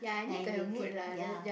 and you give ya